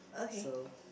so